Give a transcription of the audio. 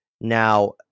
Now